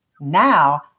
Now